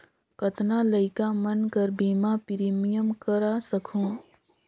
कतना लइका मन कर बीमा प्रीमियम करा सकहुं?